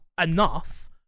enough